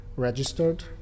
Registered